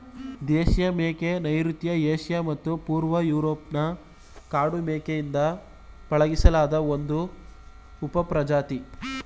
ದೇಶೀಯ ಮೇಕೆ ನೈಋತ್ಯ ಏಷ್ಯಾ ಮತ್ತು ಪೂರ್ವ ಯೂರೋಪ್ನ ಕಾಡು ಮೇಕೆಯಿಂದ ಪಳಗಿಸಿಲಾದ ಒಂದು ಉಪಪ್ರಜಾತಿ